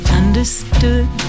understood